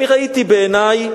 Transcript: אני ראיתי בעיני,